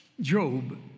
Job